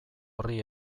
horri